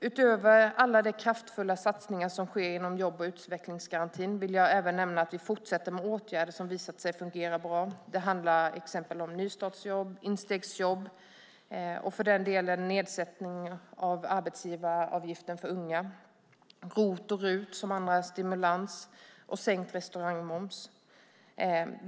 Utöver alla de kraftfulla satsningar som sker inom jobb och utvecklingsgarantin vill jag nämna att vi fortsätter med åtgärder som har visat sig fungera bra. Det handlar till exempel om nystartsjobb, instegsjobb, nedsättning av arbetsgivaravgiften för unga, ROT och RUT, som är andra stimulanser, och sänkt restaurangmoms.